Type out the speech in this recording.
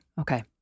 Okay